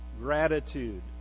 gratitude